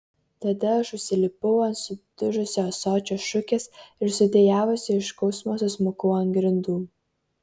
tada aš užsilipau ant sudužusio ąsočio šukės ir sudejavusi iš skausmo susmukau ant grindų